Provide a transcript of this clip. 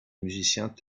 musiciens